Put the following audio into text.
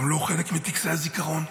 הם לא חלק מטקסי הזיכרון,